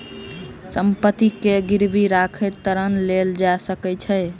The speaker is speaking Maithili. संपत्ति के गिरवी राइख के ऋण लेल जा सकै छै